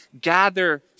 gather